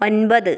ഒൻപത്